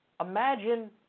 imagine